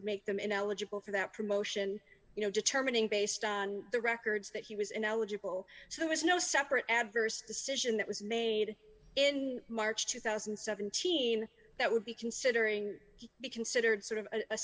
would make them ineligible for that promotion you know determining based on the records that he was ineligible so there was no separate adverse decision that was made in march two thousand and seventeen that would be considering he'd be considered sort of a